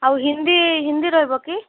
ଆଉ ହିନ୍ଦୀ ହିନ୍ଦୀ ରହିବ କି